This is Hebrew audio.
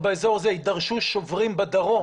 יידרשו שוברים בדרום.